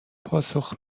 پاسخ